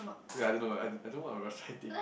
wait I don't know I I don't know what we were checking